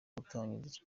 gutangiza